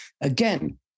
Again